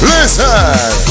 Listen